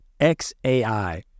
XAI